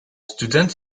student